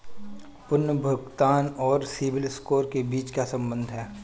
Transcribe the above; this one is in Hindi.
पुनर्भुगतान और सिबिल स्कोर के बीच क्या संबंध है?